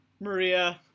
Maria